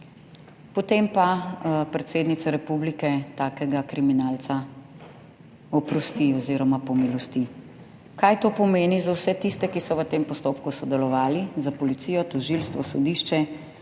Potem pa predsednica republike takega kriminalca oprosti oziroma pomilosti. Kaj to pomeni za vse tiste, ki so v tem postopku sodelovali, za policijo, tožilstvo, sodišče?